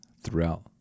throughout